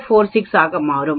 046 ஆக மாறும்